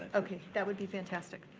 okay, that would be fantastic.